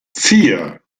vier